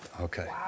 Okay